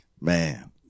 man